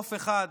כאגרוף אחד